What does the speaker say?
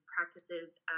practices